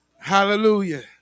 Hallelujah